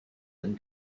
them